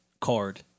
card